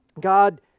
God